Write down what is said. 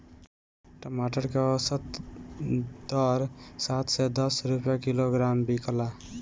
टमाटर के औसत दर सात से दस रुपया किलोग्राम बिकला?